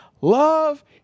love